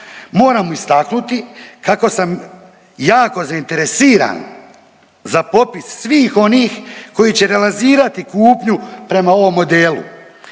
Moramo istaknuti kako sam jako zainteresiran za popis svih onih koji će realizirati kupnju prema ovom modelu.